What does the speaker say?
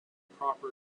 improper